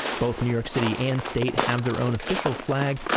both new york city and state have their own official flag,